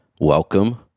Welcome